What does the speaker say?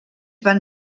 van